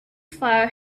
fire